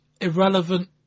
irrelevant